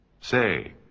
Say